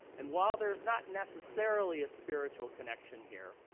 and while there's not necessarily a spiritual connection here,